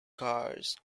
cars